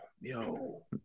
yo